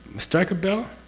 strike a bell?